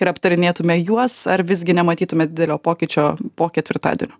ir aptarinėtume juos ar visgi nematytumėt didelio pokyčio po ketvirtadienio